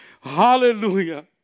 Hallelujah